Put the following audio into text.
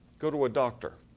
go to a doctor.